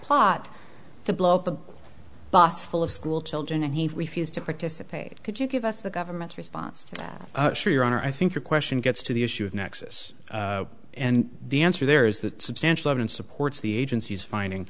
plot to blow up a bus full of school children and he refused to participate could you give us the government's response to your honor i think your question gets to the issue of nexus and the answer there is that substantial evidence supports the agency's finding